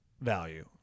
value